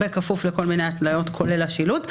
בכפוף לכל מיני התניות כולל השילוט.